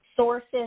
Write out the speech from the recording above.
Sources